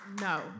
No